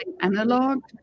analog